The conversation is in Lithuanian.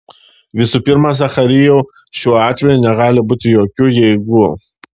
visų pirma zacharijau šiuo atveju negali būti jokių jeigu